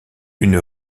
une